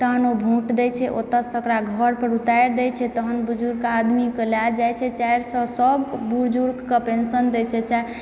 तहन ओ भोट दै छै ओतऽ सऽ ओकरा घर पर उतारि दै छै तहन बुजुर्ग आदमी के लए जाइ छै चारि सए सब बुजुर्गके पेंशन दै छै